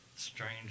Strange